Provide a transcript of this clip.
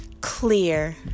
clear